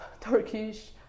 Turkish